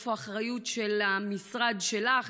איפה האחריות של המשרד שלך,